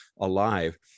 alive